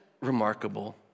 remarkable